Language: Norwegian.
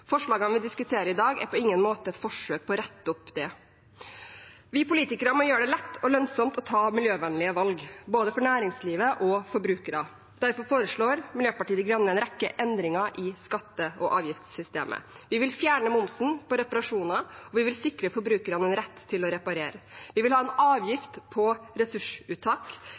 Forslagene vi diskuterer i dag, er på ingen måte et forsøk på å rette opp det. Vi politikere må gjøre det lett og lønnsomt å ta miljøvennlige valg – både for næringslivet og for forbrukere. Derfor foreslår Miljøpartiet De Grønne en rekke endringer i skatte- og avgiftssystemet. Vi vil fjerne momsen på reparasjoner, og vi vil sikre forbrukerne en rett til å reparere. Vi vil ha en avgift på ressursuttak,